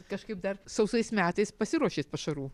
kažkaip dar sausais metais pasiruošėt pašarų